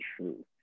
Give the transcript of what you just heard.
true